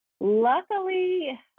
luckily